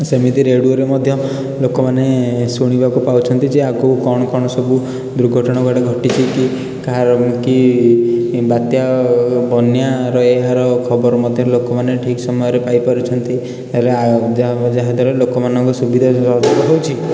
ସେମିତି ରେଡ଼ିଓରେ ମଧ୍ୟ ଲୋକମାନେ ଶୁଣିବାକୁ ପାଉଛନ୍ତି ଯେ ଆଗକୁ କ'ଣ କ'ଣ ସବୁ ଦୁର୍ଘଟଣା କୁଆଡ଼େ ଘଟିଛି କି କାହାର କି ବାତ୍ୟା ଓ ବନ୍ୟାର ଏହାର ଖବର ମଧ୍ୟ ଲୋକମାନେ ଠିକ ସମୟରେ ପାଇପାରୁଛନ୍ତି ଯାହାଦ୍ୱାରା ଲୋକମାନଙ୍କ ସୁବିଧା ଅଧିକ ହେଉଛି